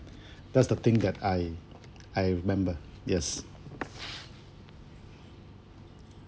that's the thing that I I remember yes